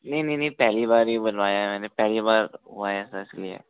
नहीं नहीं नहीं पहली बार ही बनवाया है मैंने पहली बार घुमाया था इसलिए